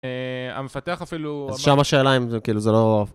המפתח אפילו... אז שם השאלה אם זה כאילו, זה לא...